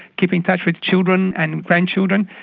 keep in touch with children and grandchildren.